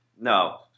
No